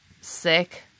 sick